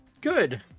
Good